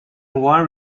one